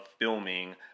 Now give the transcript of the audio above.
filming